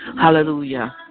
Hallelujah